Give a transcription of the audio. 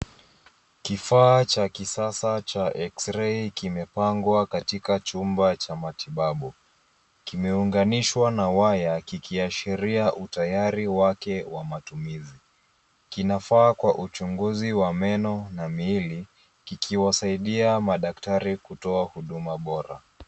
Kifaa cha kisasa cha eksirei kimepangwa katika chumba cha matibabu. Kimeunganishwa na waya kikiashiria utayari wake wa matumizi. Kinafaa kwa uchuguzi wa meno na miili kikiwasaidia madaktari kutoa huduma bora.